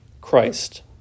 Christ